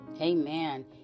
Amen